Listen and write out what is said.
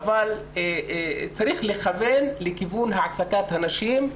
צריך לכוון לכיוון העסקת נשים,